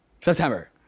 September